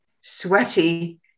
sweaty